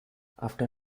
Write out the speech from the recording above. after